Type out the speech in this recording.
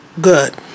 good